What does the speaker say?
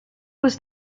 was